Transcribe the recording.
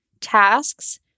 tasks